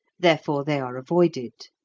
therefore they are avoided.